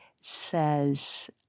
says